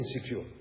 insecure